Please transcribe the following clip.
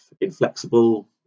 inflexible